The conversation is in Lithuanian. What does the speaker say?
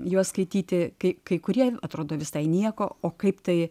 juos skaityti kai kai kurie atrodo visai nieko o kaip tai